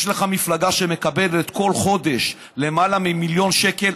יש לך מפלגה שמקבלת כל חודש למעלה ממיליון שקל.